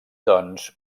doncs